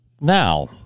now